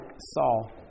Saul